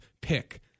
pick